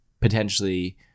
potentially